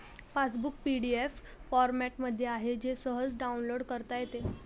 passbook PDF फॉरमॅटमध्ये आहे जे सहज डाउनलोड करता येते